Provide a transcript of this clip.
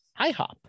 IHOP